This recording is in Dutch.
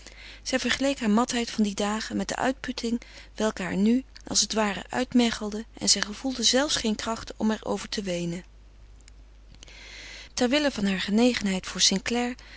zij vergeleek haar matheid van die dagen met de uitputting welke haar nu als het ware uitmergelde en zij gevoelde zelfs geen kracht om er over te weenen ter wille van haar genegenheid voor